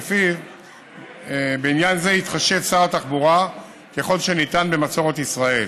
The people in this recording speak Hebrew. שלפיו בעניין זה יתחשב שר התחבורה ככל שניתן במסורת ישראל.